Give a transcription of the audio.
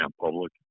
public